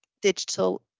digital